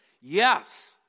Yes